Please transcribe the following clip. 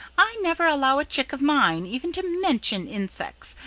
i never allow a chick of mine even to mention insects,